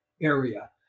area